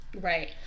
right